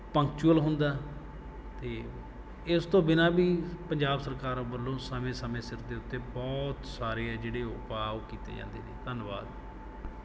punctual ਹੁੰਦਾ ਅਤੇ ਇਸ ਤੋਂ ਬਿਨਾਂ ਵੀ ਪੰਜਾਬ ਸਰਕਾਰ ਵੱਲੋਂ ਸਮੇਂ ਸਮੇਂ ਸਿਰ ਦੇ ਉੱਤੇ ਬਹੁਤ ਸਾਰੇ ਹੈ ਜਿਹੜੇ ਉਹ ਉਪਾਅ ਉਹ ਕੀਤੇ ਜਾਂਦੇ ਨੇ ਧੰਨਵਾਦ